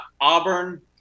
Auburn